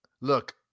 look